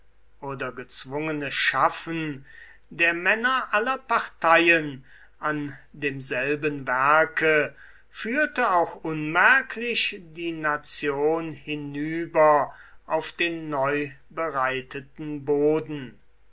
oder gezwungene schaffen der männer aller parteien an demselben werke führte auch unmerklich die nation hinüber auf den neubereiteten boden